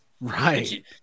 Right